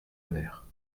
mère